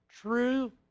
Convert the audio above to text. true